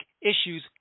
issues